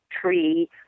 tree